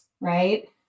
right